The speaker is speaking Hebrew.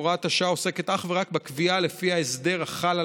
הוראת השעה עוסקת אך ורק בקביעה שלפיה ההסדר החל על